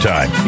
Time